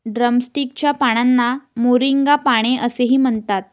drumstick च्या पानांना moringa पाने असेही म्हणतात